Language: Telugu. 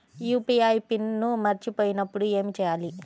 యూ.పీ.ఐ పిన్ మరచిపోయినప్పుడు ఏమి చేయాలి?